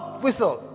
whistle